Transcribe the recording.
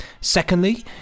Secondly